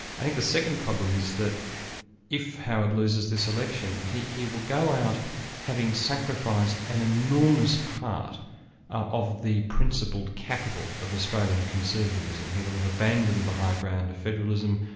i think the second problem is that if howard loses this election, he he will go out having sacrificed an enormous part of the principled capital of australian conservatism. he will have abandoned the high ground of federalism,